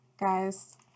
Guys